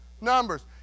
numbers